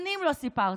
שנים לא סיפרתי.